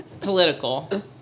political